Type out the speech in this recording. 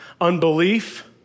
unbelief